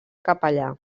capellà